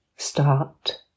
Start